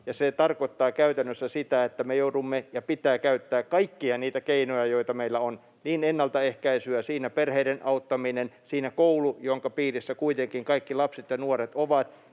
se tarkoittaa käytännössä sitä, että me joudumme käyttämään — ja meidän pitää käyttää — kaikkia niitä keinoja, joita meillä on: niin ennaltaehkäisyä — siinä perheiden auttaminen ja koulu, jonka piirissä kuitenkin kaikki lapset ja nuoret ovat